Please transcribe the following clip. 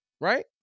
Right